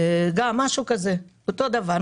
גם משהו כזה, אותו דבר.